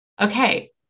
okay